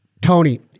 Tony